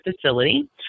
facility